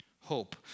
Hope